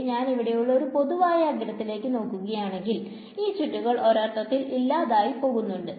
ശെരി ഞാൻ ഇവിടെയുള്ള ഈ പൊതുവായ അഗ്രത്തിലേക്ക് നോക്കുകയാണെങ്കിൽ ഈ ചുറ്റുകൾ ഒരർത്ഥത്തിൽ ഇല്ലാതായി പോകുന്നുണ്ട്